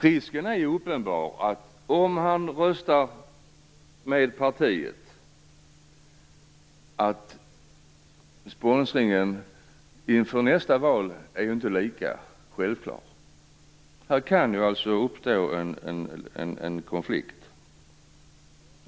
Risken är ju uppenbar, om han röstar med partiet, att sponsringen inför nästa val inte är lika självklar. Här kan det alltså uppstå en konflikt.